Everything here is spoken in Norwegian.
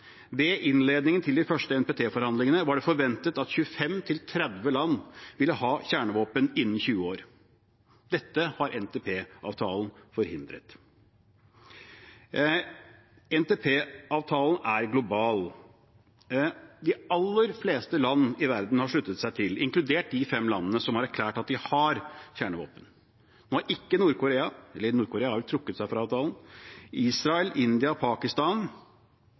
Ved innledningen til de første NPT-forhandlingene var det forventet at 25–30 land ville ha kjernevåpen innen 20 år. Dette har NPT-avtalen forhindret. NPT-avtalen er global. De aller fleste land i verden har sluttet seg til, inkludert de fem landene som har erklært at de har kjernevåpen. Nord-Korea har trukket seg fra avtalen. Israel, India og Pakistan